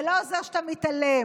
זה לא עוזר שאתה מתעלם,